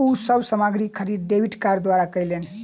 ओ सब सामग्री खरीद डेबिट कार्ड द्वारा कयलैन